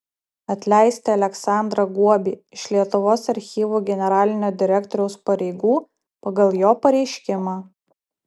atleisti aleksandrą guobį iš lietuvos archyvų generalinio direktoriaus pareigų pagal jo pareiškimą